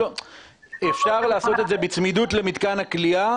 אפשר לעשות את זה בצמידות למתקן הכליאה